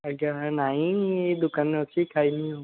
ଆଜ୍ଞା ନାଇଁ ଦୋକାନରେ ଅଛି ଖାଇନି ଆଉ